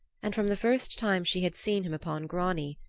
and from the first time she had seen him upon grani,